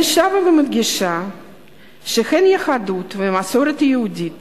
אני שבה ומדגישה שהן היהדות והמסורת היהודית